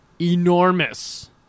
enormous